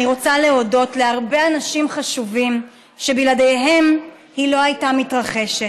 אני רוצה להודות להרבה אנשים חשובים שבלעדיהם היא לא הייתה מתרחשת.